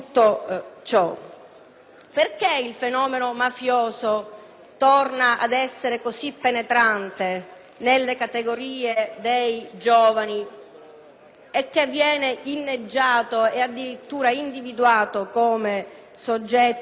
perché il fenomeno mafioso torna ad essere così penetrante nei giovani e viene inneggiato e addirittura individuato come soggetto referente